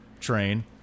train